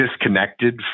disconnected